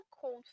cold